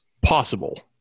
possible